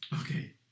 Okay